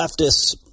leftists